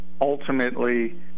Ultimately